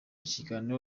kiganiro